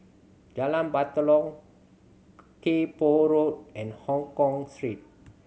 Jalan Batalong Kay Poh Road and Hongkong Street